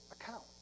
account